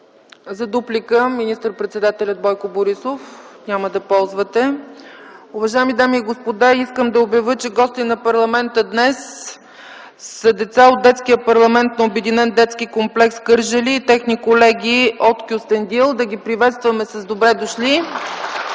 Дуплика министър-председателят Бойко Борисов няма да ползва. Уважаеми дами и господа, искам да обявя, че гости на парламента днес са деца от Детския парламент на Обединен детски комплекс „Кърджали” и техни колеги от Кюстендил. Да ги приветстваме с „Добре дошли!”